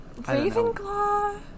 Ravenclaw